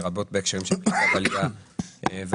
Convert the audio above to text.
לרבות בהקשרים של קליטת עלייה וההשפעות